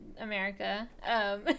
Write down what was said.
America